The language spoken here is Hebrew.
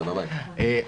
כן.